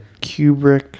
kubrick